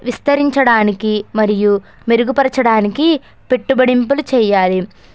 విస్తరించడానికి మరియు మెరుగుపరచడానికి పెట్టుబడులు చేయాలి